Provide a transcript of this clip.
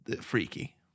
freaky